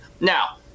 Now